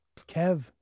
Kev